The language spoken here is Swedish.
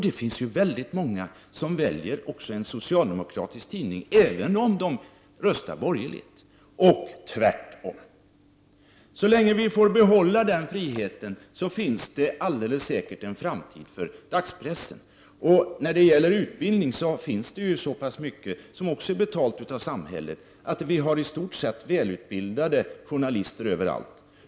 Det finns många som väljer en socialdemokratisk tidning även om de röstar borgerligt och tvärtom. Så länge den friheten får vara kvar finns det alldeles säkert en framtid för dagspressen. När det gäller utbildning är så pass mycket betalt av samhället att det finns i stort sett välutbildade journalister överallt.